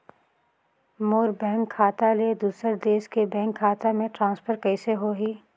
मोर bank खाता ले दुसर देश के बैंक खाता मे ट्रांसफर कइसे होही?